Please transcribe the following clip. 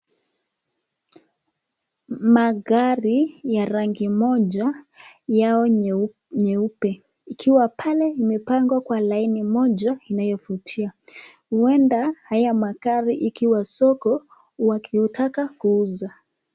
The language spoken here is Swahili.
Magari ya rangi moja yao nyeupe ikiwa pale imepagwa kwa laini moja inayovutia huwenda hayo magari, ikiwa soko wakitaka kuuza.